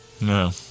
No